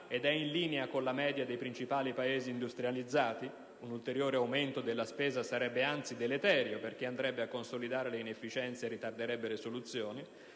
ed è in linea con la media dei principali paesi industrializzati. Un ulteriore aumento della spesa sarebbe anzi deleterio perché andrebbe a consolidare le inefficienze e ritarderebbe le soluzioni;